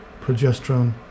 progesterone